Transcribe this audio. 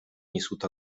несут